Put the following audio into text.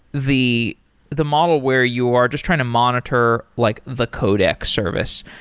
the the model where you are just trying to monitor like the codec service,